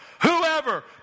whoever